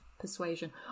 persuasion